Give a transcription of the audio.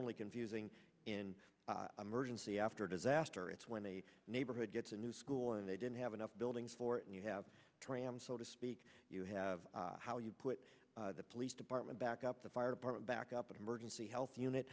only confusing in emergency after disaster it's when a neighborhood gets a new school and they didn't have enough building for it and you have trams so to speak you have how you put the police department back up the fire department back up an emergency health unit